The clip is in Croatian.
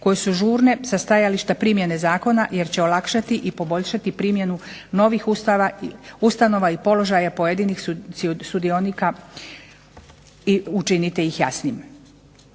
koje su žurne sa stajališta primjene zakona jer će olakšati i poboljšati primjenu novih ustanova i položaja pojedinih sudionika i učiniti ih jasnijim.